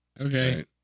Okay